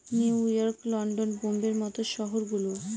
new York, London, বোম্বের মত শহর গুলো